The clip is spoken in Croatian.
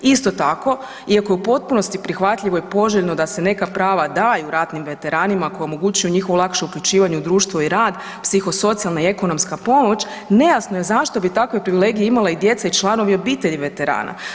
Isto tako, iako je u potpuno prihvatljivo i poželjno da se neka prava daju ratnim veteranima koji omogućuju njihovom lakše uključivanje u društvo i rad, psihosocijalna i ekonomska pomoć, nejasno je zašto bi takve privilegije imale i djeca i članovi obitelji veterana.